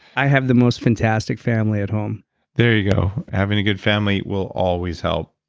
i have the most fantastic family at home there you go. having a good family will always help.